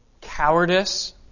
cowardice